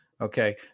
Okay